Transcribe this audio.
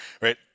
right